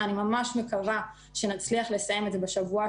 אני ממש מקווה שנצליח לסיים את זה בשבוע,